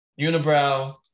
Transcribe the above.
unibrow